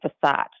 facade